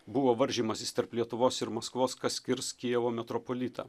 buvo varžymasis tarp lietuvos ir maskvos kas skirs kijevo metropolitą